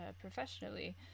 professionally